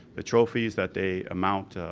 the trophies that they amount,